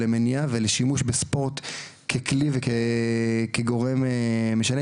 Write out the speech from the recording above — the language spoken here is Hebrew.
למניעה ולשימוש בספורט ככלי וכגורם משנה,